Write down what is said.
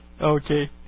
Okay